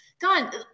God